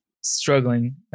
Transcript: struggling